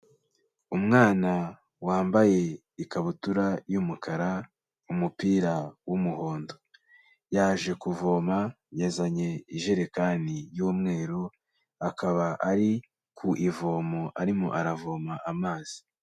Umwana wambaye ikabutura y'umukara, umupira w'umuhondo, yaje kuvoma yazanye ijerekani y'umweru, akaba ari ku ivomo arimo aravoma amazi.